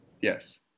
Yes